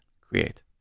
create